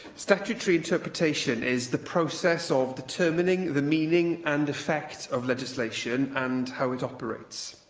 statutory interpretation is the process of determining the meaning and effect of legislation and how it operates.